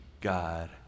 God